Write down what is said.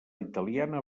italiana